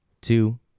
two